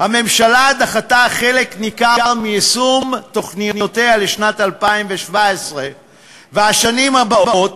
הממשלה דחתה חלק ניכר מיישום תוכניותיה לשנת 2017 והשנים הבאות,